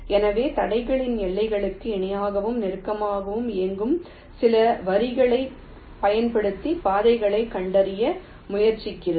எனவே தடைகளின் எல்லைகளுக்கு இணையாகவும் நெருக்கமாகவும் இயங்கும் சில வரிகளைப் பயன்படுத்தி பாதைகளைக் கண்டறிய முயற்சிக்கிறது